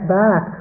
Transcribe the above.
back